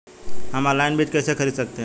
हम ऑनलाइन बीज कैसे खरीद सकते हैं?